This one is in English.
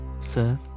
sir